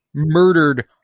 murdered